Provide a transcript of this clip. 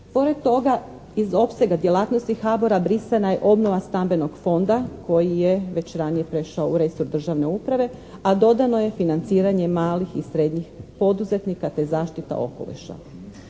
Pored toga iz opsega djelatnosti HABOR-a brisana je obnova stambenog fonda koji je već ranije prešao u resor državne uprave, a dodano je financiranje malih i srednjih poduzetnika, te zaštita okoliša.